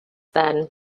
then